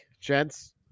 gents